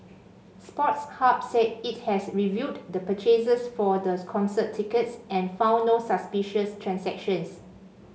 Sports Hub said it has reviewed the purchases for the concert tickets and found no suspicious transactions